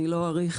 אני לא אאריך,